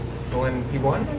still in p one,